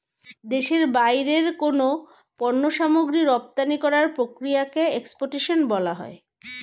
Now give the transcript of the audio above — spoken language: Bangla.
দেশের বাইরে কোনো পণ্য সামগ্রী রপ্তানি করার প্রক্রিয়াকে এক্সপোর্টেশন বলা হয়